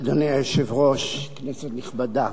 אדוני היושב-ראש, כנסת נכבדה,